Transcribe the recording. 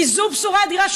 כי זו בשורה אדירה,